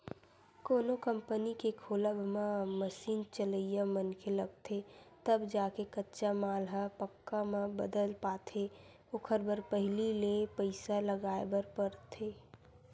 कोनो कंपनी के खोलब म मसीन चलइया मनखे लगथे तब जाके कच्चा माल ह पक्का म बदल पाथे ओखर बर पहिली ले पइसा लगाय बर परथे